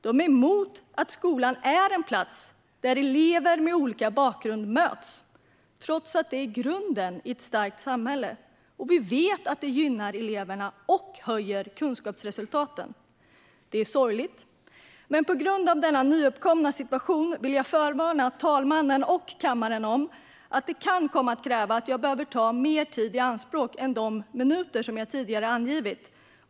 De är emot att skolan är en plats där elever med olika bakgrund möts, trots att detta är grunden i ett starkt samhälle och trots att vi vet att det gynnar eleverna och höjer kunskapsresultaten. Det är sorgligt. På grund av denna nyuppkomna situation vill jag förvarna talmannen och kammaren om att jag kan komma att behöva ta mer tid i anspråk än de minuter som jag tidigare angivit.